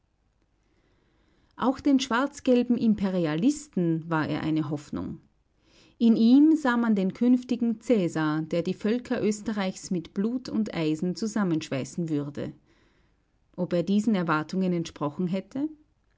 auch den schwarzgelben imperialisten war er eine hoffnung in ihm sah man den künftigen caesar der die völker österreichs mit blut und eisen zusammenschweißen würde ob er diesen erwartungen entsprochen hätte